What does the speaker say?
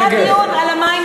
היה דיון על המים,